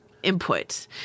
input